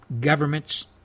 governments